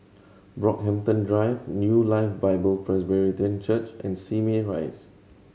Brockhampton Drive New Life Bible Presbyterian Church and Simei Rise